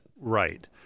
Right